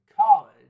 college